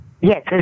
Yes